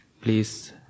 Please